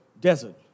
desert